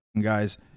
guys